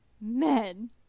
men